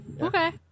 Okay